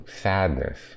sadness